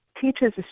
Teachers